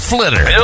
Flitter